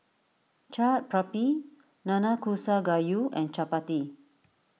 Chaat Papri Nanakusa Gayu and Chapati